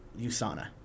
USANA